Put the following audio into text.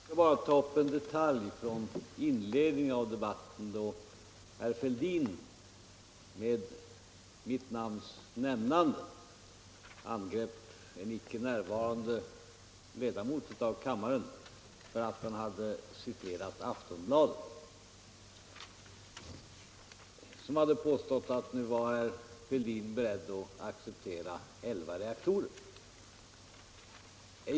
Fru talman! Jag skall bara ta upp en detalj från inledningen av debatten, då herr Fälldin med mitt namns nämnande angrep en icke närvarande ledamot av kammaren för att han hade citerat Aftonbladet, som hade påstått att herr Fälldin nu var beredd att acceptera elva reaktorer.